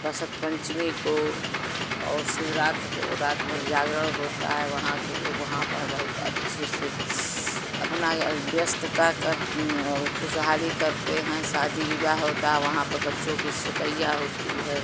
बसंत पंचमी को और शिवरात्रि को रात भर जागरण होता है वहाँ के लोग वहाँ पर बहुत अच्छे से अपना व्यस्तता कर और खुशहाली करते हैं शादी विवाह होता है वहाँ पे बच्चों की शेकइया होती है